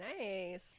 Nice